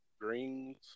greens